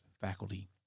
faculty